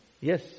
Yes